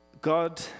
God